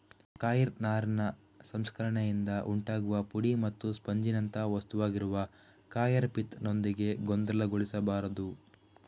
coir ನಾರಿನ ಸಂಸ್ಕರಣೆಯಿಂದ ಉಂಟಾಗುವ ಪುಡಿ ಮತ್ತು ಸ್ಪಂಜಿನಂಥ ವಸ್ತುವಾಗಿರುವ ಕಾಯರ್ ಪಿತ್ ನೊಂದಿಗೆ ಗೊಂದಲಗೊಳಿಸಬಾರದು